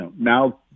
now